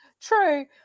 true